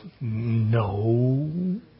no